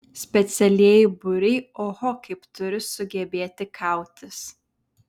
specialieji būriai oho kaip turi sugebėti kautis